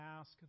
ask